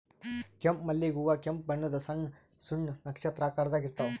ಕೆಂಪ್ ಮಲ್ಲಿಗ್ ಹೂವಾ ಕೆಂಪ್ ಬಣ್ಣದ್ ಸಣ್ಣ್ ಸಣ್ಣು ನಕ್ಷತ್ರ ಆಕಾರದಾಗ್ ಇರ್ತವ್